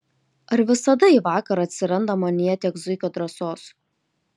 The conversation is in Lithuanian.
ar visada į vakarą atsiranda manyje tiek zuikio drąsos